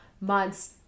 months